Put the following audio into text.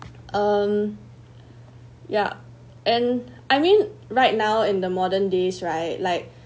um ya and I mean right now in the modern days right like